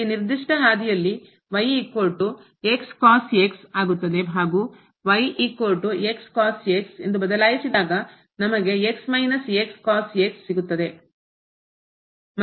ಈ ನಿರ್ದಿಷ್ಟ ಹಾದಿಯಲ್ಲಿ ಆಗುತ್ತದೆ ಹಾಗೂ ಎಂದು ಬದಲಾಯಿಸಿದಾಗ ನಮಗೆ ಸಿಗುತ್ತದೆ